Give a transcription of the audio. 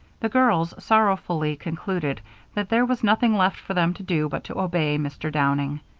the girls sorrowfully concluded that there was nothing left for them to do but to obey mr. downing.